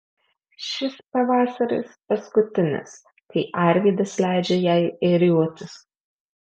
šis pavasaris paskutinis kai arvydas leidžia jai ėriuotis